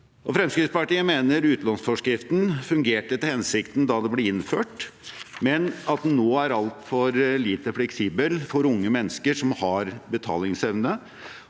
Fremskrittspartiet mener utlånsforskriften fungerte etter hensikten da den ble innført, men at den nå er altfor lite fleksibel for unge mennesker som har betalingsevne.